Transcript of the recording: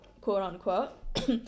quote-unquote